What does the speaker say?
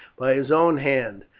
by his own hand.